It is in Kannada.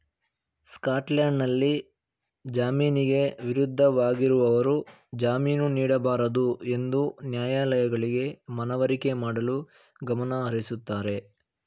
ಸ್ಕಾಟ್ಲ್ಯಾಂಡ್ನಲ್ಲಿ ಜಾಮೀನಿಗೆ ವಿರುದ್ಧವಾಗಿರುವವರು ಜಾಮೀನು ನೀಡಬಾರದುಎಂದು ನ್ಯಾಯಾಲಯಗಳಿಗೆ ಮನವರಿಕೆ ಮಾಡಲು ಗಮನಹರಿಸುತ್ತಾರೆ